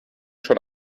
schon